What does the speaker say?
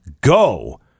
Go